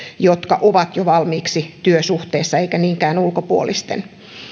jotka ovat jo valmiiksi työsuhteessa eikä niinkään ulkopuolisten